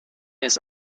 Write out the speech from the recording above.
has